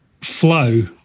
flow